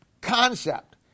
concept